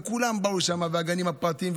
וכולם באו לשם, גם הגנים הפרטיים.